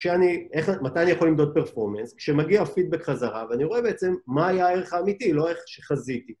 כשאני, מתי אני יכול למדוד פרפורמנס, כשמגיע פידבק חזרה ואני רואה בעצם מה היה הערך האמיתי, לא איך שחזיתי.